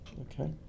okay